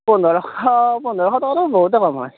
পোন্ধৰশ পোন্ধৰশ টকাটো বহুতে কম হয়